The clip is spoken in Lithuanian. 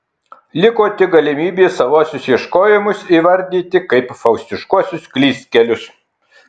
liko tik galimybė savuosius ieškojimus įvardyti kaip faustiškuosius klystkelius